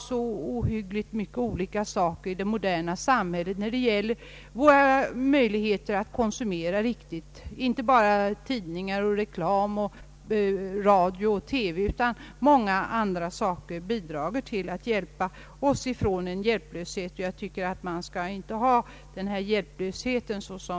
så många saker i vårt moderna samhälle som bidrar till möjligheterna att göra en riktig konsumtion, inte bara tidningar, reklam, TV och radio, utan det finns många andra sätt att hjälpa oss på detta område. Jag tycker inte att denna hjälplöshet bör överdrivas.